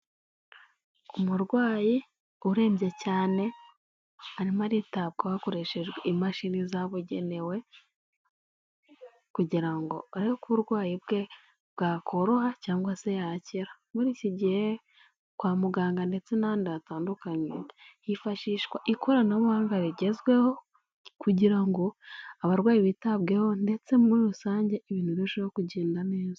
Umurwayi urembye cyane arimo aritabwaho, hakoreshejwe imashini zabugenewe, kugira barebere ko uburwayi bwe bwakoroha cyangwa se yakira. Muri iki gihe kwa muganga ndetse n'ahandi hatandukanye, hifashishwa ikoranabuhanga rigezweho, kugira ngo abarwayi bitabweho, ndetse muri rusange ibintu birusheho kugenda neza.